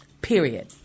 Period